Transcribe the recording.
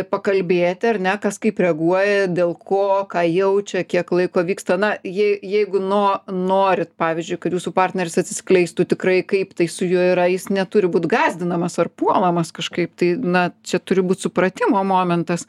pakalbėti ar ne kas kaip reaguoja dėl ko ką jaučia kiek laiko vyksta na jei jeigu nuo norit pavyzdžiui kad jūsų partneris atsiskleistų tikrai kaip tai su juo yra jis neturi būt gąsdinamas ar puolamas kažkaip tai na čia turi būt supratimo momentas